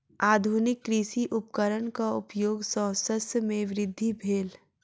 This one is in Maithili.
आधुनिक कृषि उपकरणक उपयोग सॅ शस्य मे वृद्धि भेल